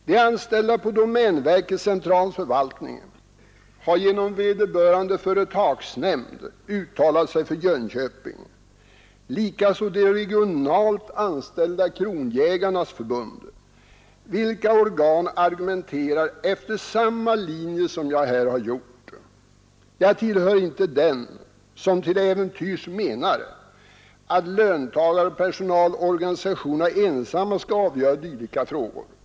De anställda på domänverkets centralförvaltning har genom sin företagsnämnd uttalat sig för Jönköping, likaså de regionalt anställda kronojägarnas förbund, vilka organ argumenterar efter samma linjer som jag här gjort. Jag tillhör inte dem som till äventyrs menar att löntagarna och personalorganisationerna ensamma skall avgöra dylika frågor.